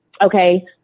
Okay